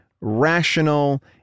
rational